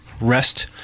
rest